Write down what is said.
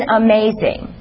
amazing